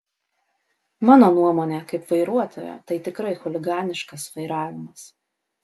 mano nuomonė kaip vairuotojo tai tikrai chuliganiškas vairavimas